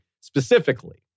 specifically